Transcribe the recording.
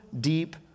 deep